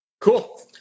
Cool